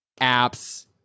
apps